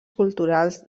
culturals